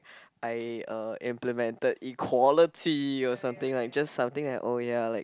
I uh implemented equality or something like just something like oh ya like